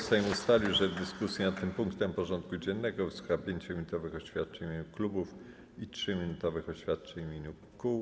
Sejm ustalił, że w dyskusji nad tym punktem porządku dziennego wysłucha 5-minutowych oświadczeń w imieniu klubów i 3-minutowych oświadczeń w imieniu kół.